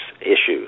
issues